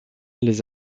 les